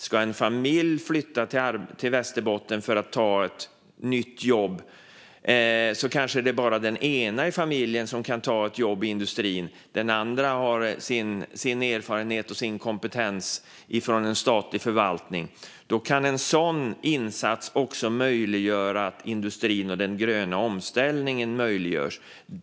Om en familj ska flytta till Västerbotten för att ta ett nytt jobb kanske det bara är en i familjen som kan ta jobb inom industrin medan den andra har sin erfarenhet och kompetens från en statlig förvaltning. Där kan en insats som denna möjliggöra industrin och den gröna omställningen.